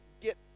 get